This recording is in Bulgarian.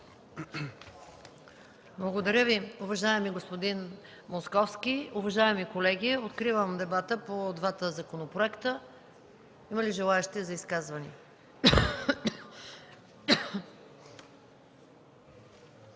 Благодаря Ви, уважаеми господин Московски. Уважаеми колеги, откривам дебата по двата законопроекта. Има ли желаещи народни